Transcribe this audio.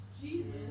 Jesus